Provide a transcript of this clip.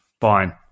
fine